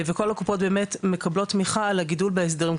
וכל הקופות מקבלות תמיכה על הגידול בהסדרים,